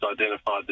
identified